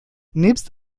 nebst